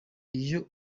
iyo